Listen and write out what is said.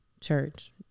church